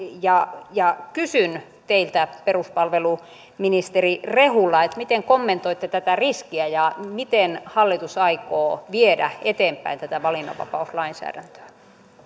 ja ja kysyn teiltä peruspalveluministeri rehula miten kommentoitte tätä riskiä ja miten hallitus aikoo viedä eteenpäin tätä valinnanvapauslainsäädäntöä